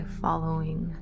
following